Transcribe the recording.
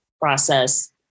process